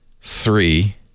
three